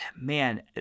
man